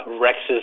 Rex's